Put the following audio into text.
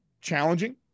challenging